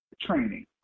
training